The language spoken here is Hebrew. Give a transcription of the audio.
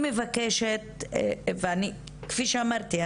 כפי שאמרתי,